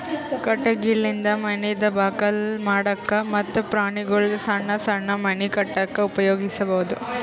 ಕಟಗಿಲಿಂದ ಮನಿದ್ ಬಾಕಲ್ ಮಾಡಕ್ಕ ಮತ್ತ್ ಪ್ರಾಣಿಗೊಳ್ದು ಸಣ್ಣ್ ಸಣ್ಣ್ ಮನಿ ಕಟ್ಟಕ್ಕ್ ಉಪಯೋಗಿಸಬಹುದು